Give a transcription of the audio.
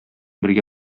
бергә